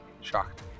Shocked